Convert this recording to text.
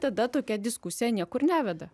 tada tokia diskusija niekur neveda